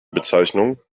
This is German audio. bezeichnung